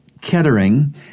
Kettering